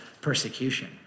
persecution